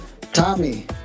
Tommy